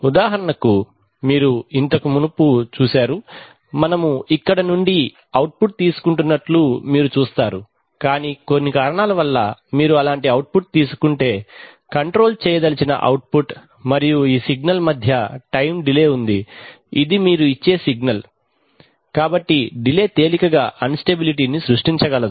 ఉదాహరణకు మీరు ఇంతకు మునుపు చూశాము మనము ఇక్కడ నుండి అవుట్పుట్ తీసుకుంటున్నట్లు మీరు చూస్తారు కానీ కొన్ని కారణాల వల్ల మీరు అలాంటి అవుట్పుట్ తీసుకుంటే కంట్రోల్ చేయ దలిచిన అవుట్పుట్ మరియు ఈ సిగ్నల్ మధ్య టైమ్ డిలే ఉంది ఇది మీరు తిరిగి ఇచ్చే సిగ్నల్ కాబట్టి డిలే తేలికగా అన్ స్టెబిలిటీ ను సృష్టించగలదు